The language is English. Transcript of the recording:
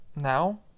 Now